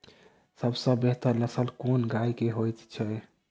सबसँ बेहतर नस्ल केँ गाय केँ होइ छै?